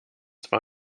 zwar